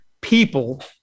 people